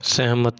ਸਹਿਮਤ